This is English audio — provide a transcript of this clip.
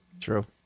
True